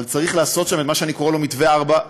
אבל צריך לעשות שם מה שאני קורא לו מתווה 443,